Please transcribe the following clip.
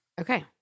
Okay